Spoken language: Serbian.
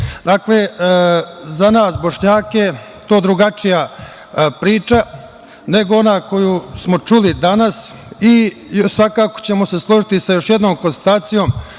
za nas Bošnjake, to je drugačija priča nego ona koju smo čuli danas i svakako ćemo se složiti sa još jednom konstatacijom